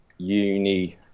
uni